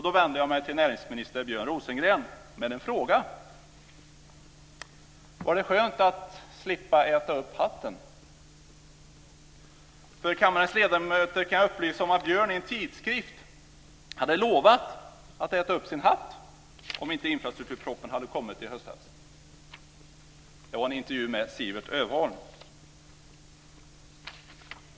Då vänder jag mig till näringsminister Björn Rosengren med en fråga: Var det skönt att slippa att äta upp hatten? För kammarens ledamöter kan jag upplysa om att Björn Rosengren i en tidskrift hade lovat att äta upp sin hatt om inte infrastrukturproppen hade kommit i höstas. Det var i en intervju med Siewert Öholm.